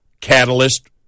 catalyst